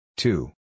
Two